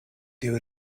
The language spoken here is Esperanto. tiu